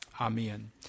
amen